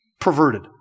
perverted